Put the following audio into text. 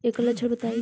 ऐकर लक्षण बताई?